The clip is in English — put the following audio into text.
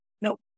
nope